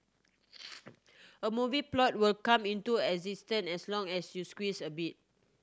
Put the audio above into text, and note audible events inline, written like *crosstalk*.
*noise* a movie plot will come into existence as long as you squeeze a bit